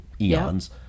eons